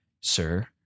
sir